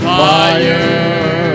fire